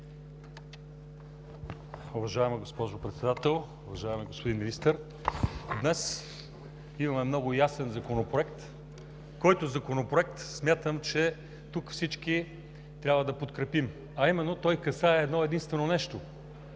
Уважаема госпожо Председател, уважаеми господин Министър! Днес имаме много ясен законопроект, който смятам, че тук всички трябва да подкрепим, а именно той касае едно-единствено нещо